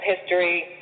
history